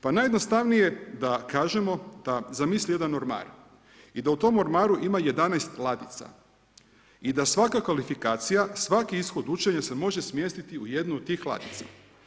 Pa najjednostavnije da kažemo da zamisli jedan ormar i da u tom ormaru ima 11 ladica i da svaka kvalifikacija, svaki ishod učenja se može smjestiti u jednu od tih ladica.